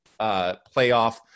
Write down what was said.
playoff